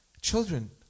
Children